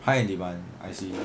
high in demand I see